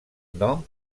nom